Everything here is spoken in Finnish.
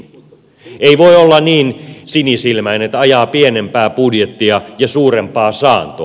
ei voi olla niin sinisilmäinen että ajaa pienempää budjettia ja suurempaa saantoa